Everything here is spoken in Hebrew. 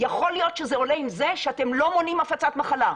יכול להיות שזה עולה עם זה שאתם לא מונעים הפצת מחלה.